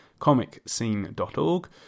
comicscene.org